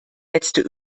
letzte